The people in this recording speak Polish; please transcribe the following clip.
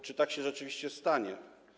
Czy tak się rzeczywiście stanie?